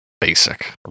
Basic